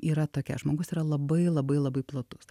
yra tokia žmogus yra labai labai labai platus